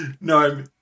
no